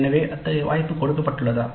எனவே அத்தகைய வாய்ப்பு கொடுக்கப்பட்டுள்ளதா